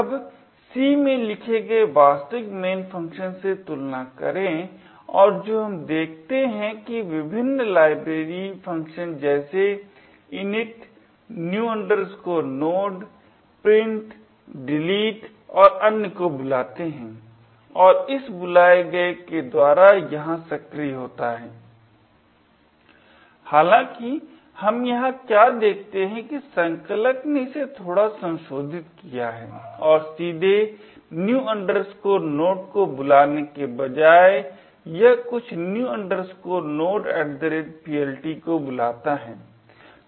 अब C में लिखे गए वास्तविक main फ़ंक्शन से तुलना करेंऔर जो हम क्या देखते हैं कि विभिन्न लाइब्रेरी फ़ंक्शन जैसे init new node print delete और अन्य को बुलाते हालाँकि हम यहाँ क्या देखते हैं कि संकलक ने इसे थोड़ा संशोधित किया है और सीधे new node को बुलाने के बजाय यह कुछ new node PLT को बुलाता है